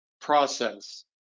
process